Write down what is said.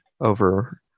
over